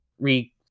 re